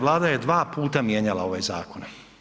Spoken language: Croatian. Vlada je dva puta mijenjala ovaj zakon.